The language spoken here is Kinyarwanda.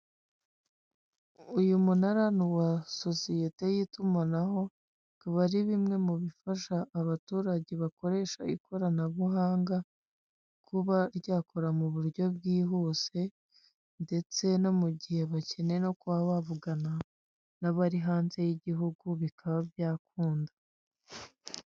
Uyu munara ni uwa sosiyete y'itumanaho, bikaba ari bimwe mu bifasha abaturage bakoresha ikoranabuhanga, kuba ryakora mu buryo bwihuse ndetse no mu gihe bakeneye no kuba bavugana n'abari hanze y'igihugu bikaba byakunda.